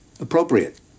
appropriate